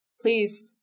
please